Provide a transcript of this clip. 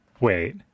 wait